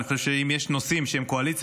אני חושב שאם יש נושאים שהם קואליציה